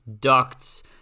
ducts